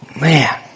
Man